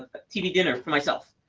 a tv dinner for myself,